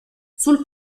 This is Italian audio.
sul